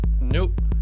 Nope